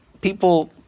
people